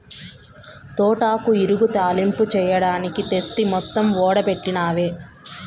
తోటాకు ఇగురు, తాలింపు చెయ్యడానికి తెస్తి మొత్తం ఓడబెట్టినవే